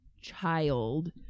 child